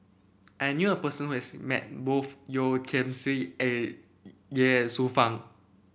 I knew a person who has met both Yeo Tiam Siew and Ye Shufang